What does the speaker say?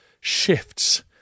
shifts